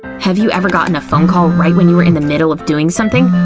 have you ever gotten a phone call right when you were in the middle of doing something?